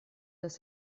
dass